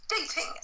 dating